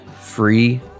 free